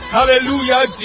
Hallelujah